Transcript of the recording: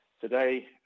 Today